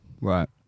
Right